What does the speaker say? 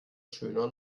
schöner